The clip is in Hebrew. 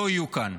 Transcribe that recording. לא יהיו כאן.